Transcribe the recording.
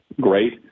great